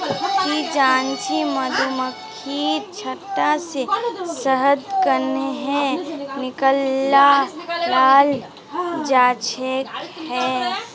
ती जानछि मधुमक्खीर छत्ता से शहद कंन्हे निकालाल जाच्छे हैय